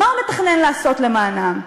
מה הוא מתכנן לעשות למענם?